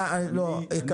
אין